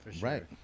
right